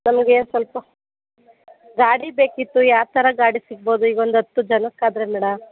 ನಮಗೆ ಸ್ವಲ್ಪ ಗಾಡಿ ಬೇಕಿತ್ತು ಯಾವ ಥರ ಗಾಡಿ ಸಿಗ್ಬೋದು ಈಗ ಒಂದು ಹತ್ತು ಜನಕ್ಕಾದರೆ ಮೇಡಮ್